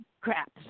Crap